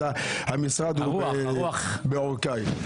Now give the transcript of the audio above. אז המשרד הוא בעורקיי.